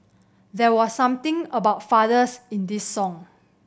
there was something about fathers in this song